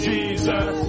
Jesus